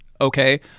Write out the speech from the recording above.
okay